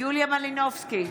יוליה מלינובסקי,